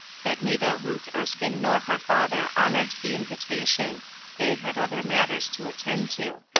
that neither ruth erskine nor her father honored the invitation they had other matters to attend to.